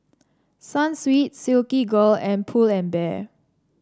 Sunsweet Silkygirl and Pull and Bear